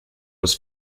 was